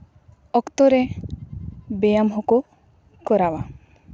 ᱚᱠᱛᱚ ᱨᱮ ᱵᱮᱭᱟᱢ ᱦᱚᱸᱠᱚ ᱠᱚᱨᱟᱣᱟ